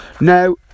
Now